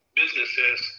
businesses